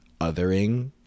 othering